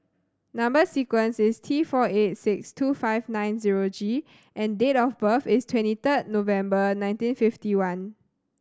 number sequence is T four eight six two five nine zero G and date of birth is twenty third November nineteen fifty one